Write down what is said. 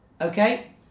Okay